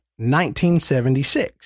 1976